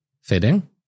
fitting